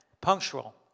Punctual